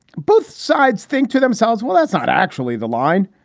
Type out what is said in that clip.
both sides think to themselves, well, that's not actually the line.